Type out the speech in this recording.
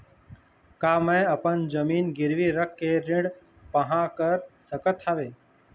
का मैं अपन जमीन गिरवी रख के ऋण पाहां कर सकत हावे?